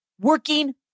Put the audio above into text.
working